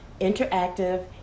interactive